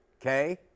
okay